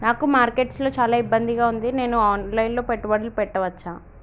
నాకు మార్కెట్స్ లో చాలా ఇబ్బందిగా ఉంది, నేను ఆన్ లైన్ లో పెట్టుబడులు పెట్టవచ్చా?